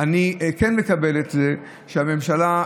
אני כן מקבל את זה שהממשלה,